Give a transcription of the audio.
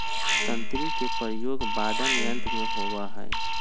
तंत्री के प्रयोग वादन यंत्र में होबा हई